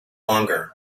longer